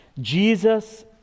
Jesus